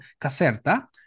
Caserta